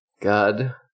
God